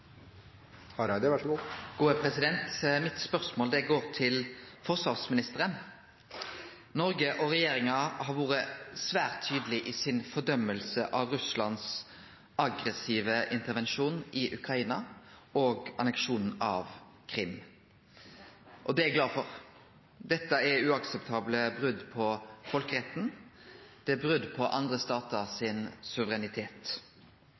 Mitt spørsmål går til forsvarsministeren. Noreg og regjeringa har vore svært tydelege i fordømminga av Russlands aggressive intervensjon i Ukraina og anneksjonen av Krim. Det er eg glad for. Dette er uakseptable brot på folkeretten, det er brot på suvereniteten til andre statar.